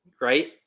Right